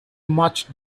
much